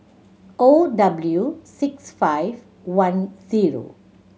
O W six five I zero